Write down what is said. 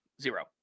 Zero